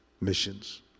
Missions